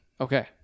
okay